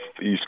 east